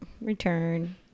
return